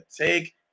Take